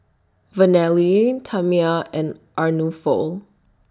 Vernelle Tamia and Arnulfo